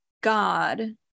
god